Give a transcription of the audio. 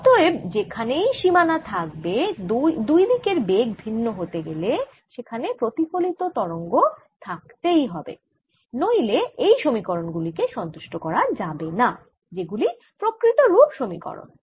অতএব যেখানেই সীমানা থাকবে দুই দিকের বেগ ভিন্ন হতে গেলে সেখানে প্রতিফলিত তরঙ্গ থাকতেই হবে নইলে এই সমীকরণ গুলি কে সন্তুষ্ট করা যাবেনা যেগুলি প্রকৃত রূপ সমীকরণ